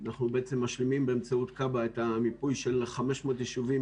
אנחנו משלימים באמצעות כב"א את המיפוי של 500 יישובים,